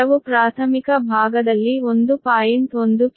ಈ ದರವು ಪ್ರಾಥಮಿಕ ಭಾಗದಲ್ಲಿ 1